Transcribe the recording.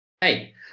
Hey